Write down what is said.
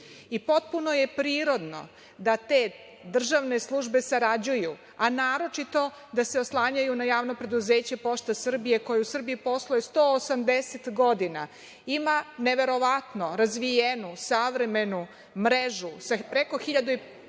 i potpuno je prirodno da te državne službe sarađuju, a naročito da se oslanjaju na Javno preduzeće Pošta Srbije koja u Srbiji posluje 180 godina, ima neverovatno razvijenu savremenu mrežu sa preko 1.530